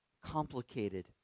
complicated